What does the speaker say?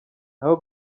nabo